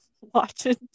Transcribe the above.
watching